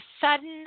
sudden